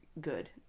good